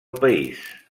país